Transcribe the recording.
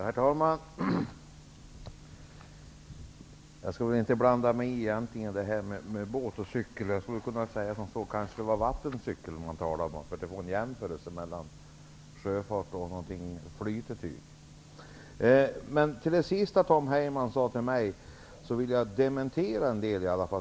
Herr talman! Jag skall väl egentligen inte blanda mig i diskussionen om båt och cykel, men jag skulle kunna säga att det kanske var vattencykel man syftade på. Det talades om sjöfart och flytetyg. Jag vill dementera en del av det Tom Heyman sade till mig.